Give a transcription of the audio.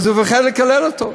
אז הוא פחד לקלל אותה,